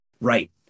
Right